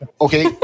Okay